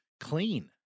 clean